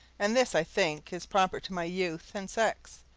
and this, i think, is proper to my youth and sex.